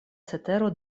cetero